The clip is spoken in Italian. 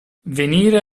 venire